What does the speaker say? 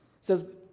says